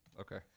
Okay